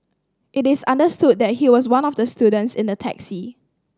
it is understood that he was one of the students in the taxi